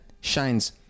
shines